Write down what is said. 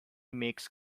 makes